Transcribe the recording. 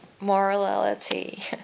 morality